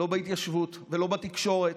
לא בהתיישבות ולא בתקשורת.